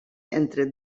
entre